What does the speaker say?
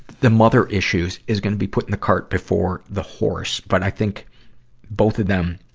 the mother issues is gonna be putting the cart before the horse. but i think both of them,